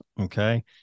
okay